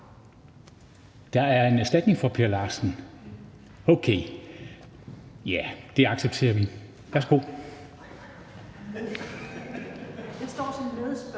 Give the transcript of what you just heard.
Er der en erstatning for Per Larsen? Okay, det accepterer vi. Fru